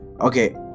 Okay